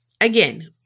again